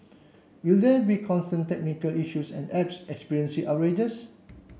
will there be constant technical issues and apps experiencing outrages